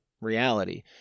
reality